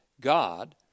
God